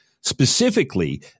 Specifically